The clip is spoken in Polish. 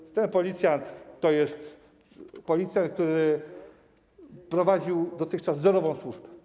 Ten policjant to jest policjant, który pełnił dotychczas wzorowo służbę.